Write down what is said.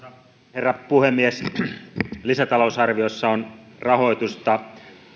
herra puhemies lisätalousarviossa on rahoitusta